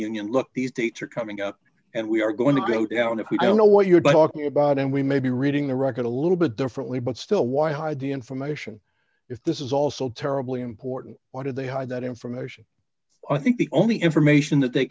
know look these dates are coming out and we are going to go down if we don't know what you're talking about and we may be reading the record a little bit differently but still why hide the information if this is also terribly important why did they hide that information i think the only information that they